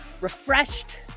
refreshed